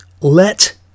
let